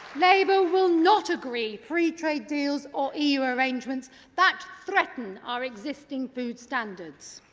labour will not agree free trade deals or eu arrangements that threaten our existing food standards.